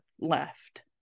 left